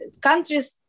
countries